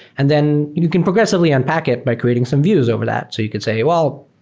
and then you can progressively unpack it by creating some views over that. so you could say, well,